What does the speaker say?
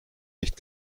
nicht